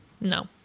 no